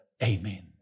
Amen